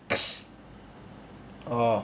orh